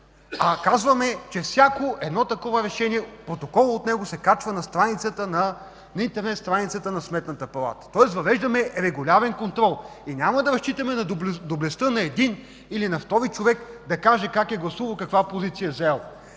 Казваме, че всяко такова решение, протоколът от него се качва на интернет страницата на Сметната палата. Въвеждаме регулярен контрол и няма да разчитаме на доблестта на един или втори човек да каже как е гласувал и каква позиция е заел.